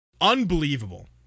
unbelievable